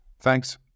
Thanks